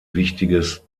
wichtiges